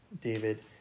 David